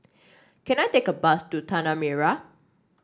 can I take a bus to Tanah Merah